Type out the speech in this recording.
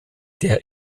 der